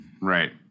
right